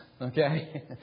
Okay